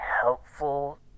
helpful